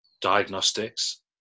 diagnostics